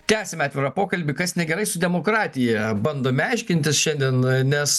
tęsiame atvirą pokalbį kas negerai su demokratija bandome aiškintis šiandien nes